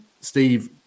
Steve